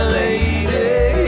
lady